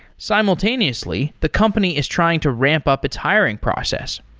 simultaneously, the company is trying to ramp up its hiring process.